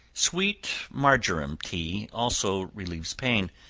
sweet marjoram tea also relieves pain,